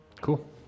Cool